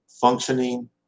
functioning